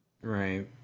Right